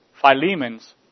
Philemon's